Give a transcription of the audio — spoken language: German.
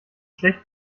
schlecht